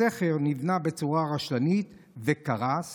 הסכר נבנה בצורה רשלנית וקרס,